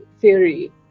theory